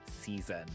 season